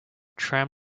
tram